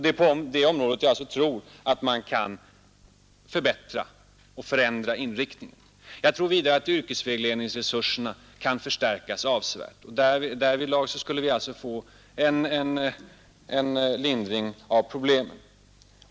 Det är på det området som jag tror att man kan förbättra och förändra inriktningen. Jag tror vidare att yrkesvägledningsresurserna kan förstärkas avsevärt. Därmed skulle vi kunna få en lindring av problemen.